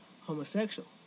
homosexual